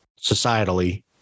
societally